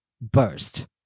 burst